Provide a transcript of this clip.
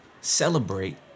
celebrate